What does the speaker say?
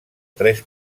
tres